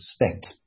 respect